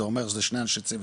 זה אומר שני אנשי צוות,